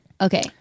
Okay